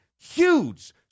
huge